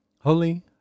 Holy